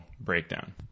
breakdown